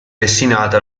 destinata